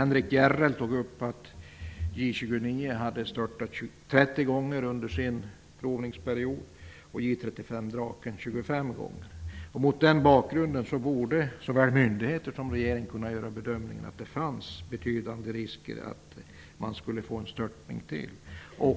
Henrik Järrel tog upp att J 29 hade störtat Mot den bakgrunden borde såväl myndigheter som regering ha kunnat göra bedömningen att det fanns betydande risker för att en störtning till skulle inträffa.